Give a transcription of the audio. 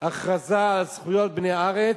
הכרזה על זכויות בני הארץ,